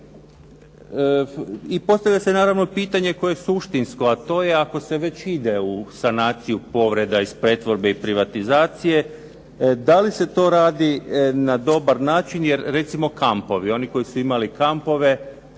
I postavlja se naravno pitanje koje je suštinsko a to je ako se već ide u sanaciju povreda iz pretvorbe i privatizacije da li se to radi na dobar način jer recimo kampovi. Oni koji su imali kampove